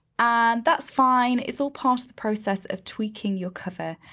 and that's fine, it's all part of the process of tweaking your cover.